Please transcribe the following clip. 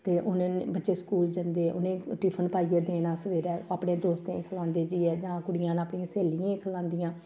ते हून बच्चे स्कूल जंदे उ'नें गी टिफन पाइयै देना सबेरे अपने दोस्तें गी खलांदे जाइयै जां कुडियां न अपनी स्हेलियें गी खलांदियां